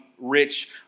Rich